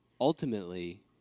ultimately